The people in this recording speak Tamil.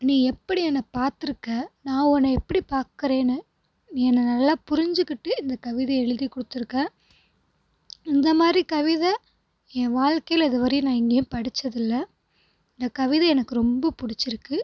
நீ எப்படி என்ன பார்த்துருக்க நான் உன்ன எப்படி பார்க்குறேன்னு நீ என்ன நல்லா புரிஞ்சிக்கிட்டு இந்த கவிதையை எழுதி கொடுத்துருக்க இந்த மாதிரி கவிதை என் வாழ்கையில் இதுவரையிலும் நான் எங்கேயும் படிச்சது இல்லை இந்த கவிதை எனக்கு ரொம்ப பிடிச்சிருக்கு